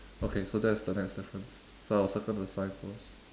okay so that's the next difference so I'll circle the signpost